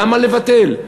למה לבטל?